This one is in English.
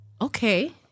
Okay